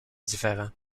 différents